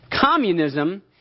Communism